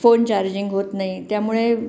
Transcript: phone charging होत नाही त्यामुळे